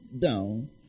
down